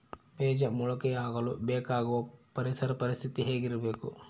ಬೇಜ ಮೊಳಕೆಯಾಗಲು ಬೇಕಾಗುವ ಪರಿಸರ ಪರಿಸ್ಥಿತಿ ಹೇಗಿರಬೇಕು?